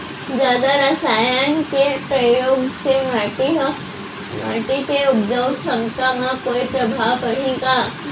जादा रसायन के प्रयोग से माटी के उपजाऊ क्षमता म कोई प्रभाव पड़ही का?